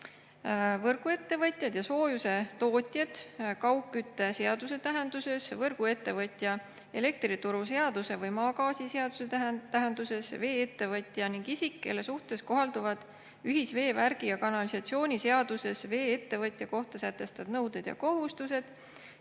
võrguettevõtjad ja soojuse tootjad kaugkütteseaduse tähenduses, võrguettevõtja elektrituruseaduse või maagaasiseaduse tähenduses, vee-ettevõtja ning isik, kelle suhtes kohalduvad ühisveevärgi ja -kanalisatsiooni seaduses vee-ettevõtja kohta sätestatud nõuded ja kohustused,